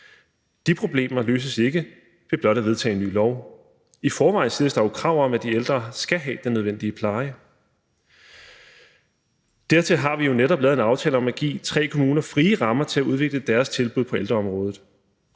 De problemer løses ikke ved blot at vedtage en ny lov. I forvejen stilles der krav om, at de ældre skal have den nødvendige pleje. Dertil har vi jo netop lavet en aftale om at give tre kommuner frie rammer til at udnytte deres tilbud på ældreområdet.